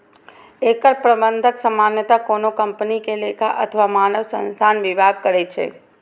एकर प्रबंधन सामान्यतः कोनो कंपनी के लेखा अथवा मानव संसाधन विभाग करै छै